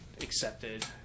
accepted